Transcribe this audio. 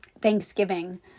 Thanksgiving